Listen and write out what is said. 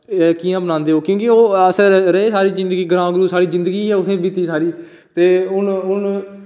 क्योंकि ओह् रेह् सारी जिंदगी ग्रां ते साढ़ी जिंदगी गै सारी बीती उत्थें सारी ते हून हून